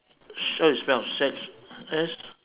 how to spell shack S